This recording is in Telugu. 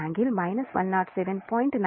90 ఆంపియర్